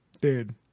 Dude